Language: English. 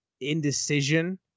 indecision